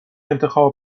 انتخاب